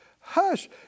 hush